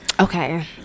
Okay